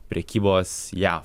prekybos jav